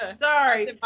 Sorry